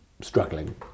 struggling